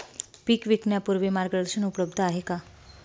पीक विकण्यापूर्वी मार्गदर्शन उपलब्ध आहे का?